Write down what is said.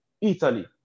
Italy